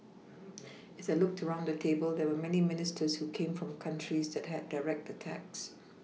as I looked around the table there were many Ministers who came from countries that had direct attacks